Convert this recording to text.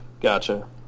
Gotcha